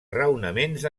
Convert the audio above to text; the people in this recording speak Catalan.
raonaments